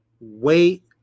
Wait